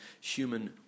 human